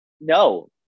No